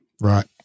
Right